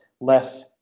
less